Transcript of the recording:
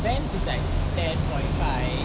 vans is like ten point five